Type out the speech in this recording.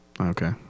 Okay